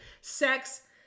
sex